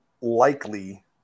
likely